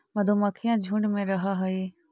मधुमक्खियां झुंड में रहअ हई